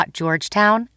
georgetown